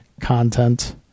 content